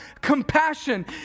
compassion